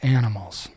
animals